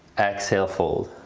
exhale fold.